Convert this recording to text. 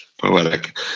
poetic